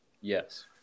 Yes